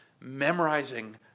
memorizing